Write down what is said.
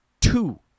Two